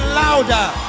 louder